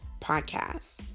podcast